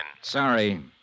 Sorry